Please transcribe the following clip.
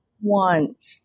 want